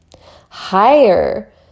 Higher